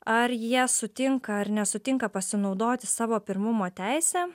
ar jie sutinka ar nesutinka pasinaudoti savo pirmumo teise